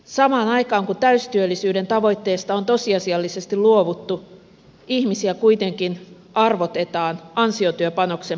samaan aikaan kun täystyöllisyyden tavoitteesta on tosiasiallisesti luovuttu ihmisiä kuitenkin arvotetaan ansiotyöpanoksen perusteella